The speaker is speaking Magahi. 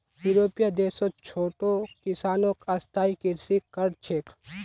यूरोपीय देशत छोटो किसानो स्थायी कृषि कर छेक